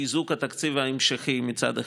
לחיזוק התקציב ההמשכי מצד אחד,